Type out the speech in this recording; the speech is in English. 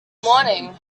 morning